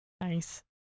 Nice